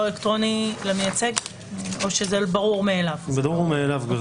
אלקטרוני למייצג או שזה ברור מאליו?